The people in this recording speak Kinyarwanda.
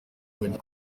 bagiye